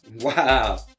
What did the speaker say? wow